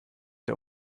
der